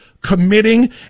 committing